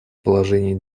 положение